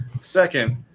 Second